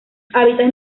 hábitats